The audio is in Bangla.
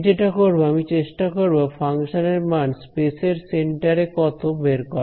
আমি যেটা করব আমি চেষ্টা করব ফাংশনের মান স্পেস এর সেন্টার এ কত বের করা